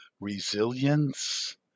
resilience